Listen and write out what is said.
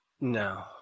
No